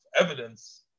evidence